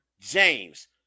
James